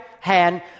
hand